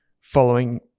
following